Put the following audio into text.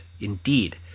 indeed